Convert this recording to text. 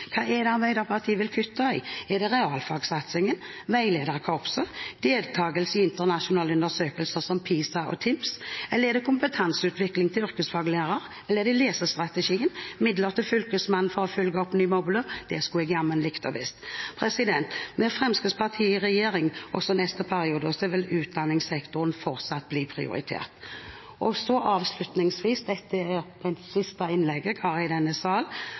Hva er det Arbeiderpartiet vil kutte i? Er det realfagssatsingen, veilederkorpset, deltagelse i internasjonale undersøkelser som PISA og TIMSS, kompetanseutvikling for yrkesfaglærere, lesestrategien eller midlene til Fylkesmannen for å følge opp ny mobbelov? Det skulle jeg jammen likt å vite. Med Fremskrittspartiet i regjering også neste periode vil utdanningssektoren fortsatt bli prioritert. Avslutningsvis: Dette er det siste innlegget jeg holder i denne